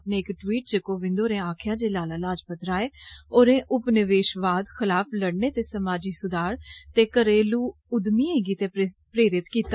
अपने इक टवीट च कोविन्द होरें आक्खेआ जे लाला लाजपथ राय होरें उपनिवेषवाद खलाफ लडने ते समाज सुधार ते घरेलू उद्यमियें गिते प्रेरित किता